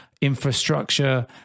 infrastructure